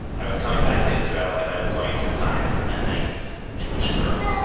i was coming back to israel and i was going to find a nice jewish girl